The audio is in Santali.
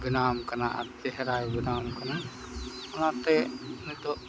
ᱵᱮᱱᱟᱣᱟᱢ ᱠᱟᱱᱟ ᱟᱨ ᱪᱮᱦᱨᱟᱭ ᱵᱮᱱᱟᱣᱟᱢ ᱠᱟᱱᱟ ᱚᱱᱟᱛᱮ ᱱᱤᱛᱚᱜ